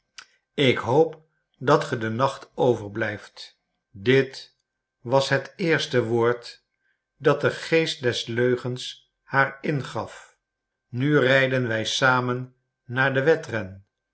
ik hoop dat ge den nacht over blijft dit was het eerste woord dat de geest des leugens haar ingaf nu rijden wij samen naar den